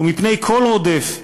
ומפני כל רודף.